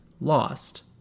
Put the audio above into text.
lost